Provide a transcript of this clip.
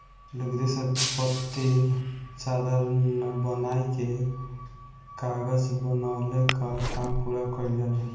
लुगदी से पतील चादर बनाइ के कागज बनवले कअ काम पूरा कइल जाला